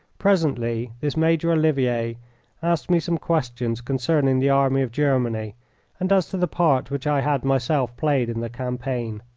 presently this major olivier asked me some questions concerning the army of germany and as to the part which i had myself played in the campaign.